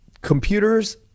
computers